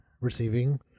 receiving